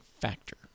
factor